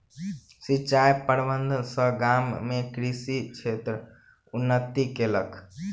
सिचाई प्रबंधन सॅ गाम में कृषि क्षेत्र उन्नति केलक